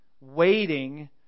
waiting